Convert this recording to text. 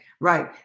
Right